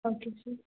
okay sir